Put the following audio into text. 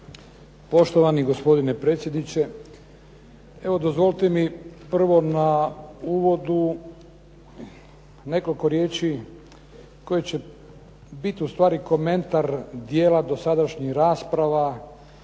Poštovani gospodine predsjedniče, evo dozvolite mi prvo na uvodu nekoliko riječi koje će biti u stvari komentar dijela dosadašnjih rasprava